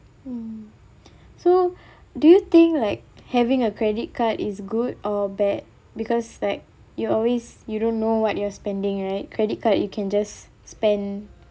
mm so do you think like having a credit card is good or bad because like you always you don't know what you're spending right credit card you can just spend